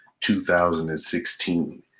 2016